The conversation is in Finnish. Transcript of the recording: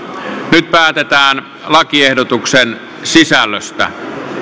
nyt päätetään lakiehdotuksen sisällöstä